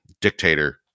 dictator